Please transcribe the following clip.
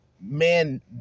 man